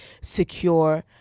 secure